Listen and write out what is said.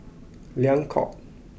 Liang Court